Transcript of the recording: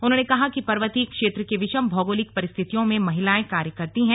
उन्होंने कहा कि पर्वतीय क्षेत्र की विषम भौगोलिक परिस्थितियों में महिलायें कार्य करती है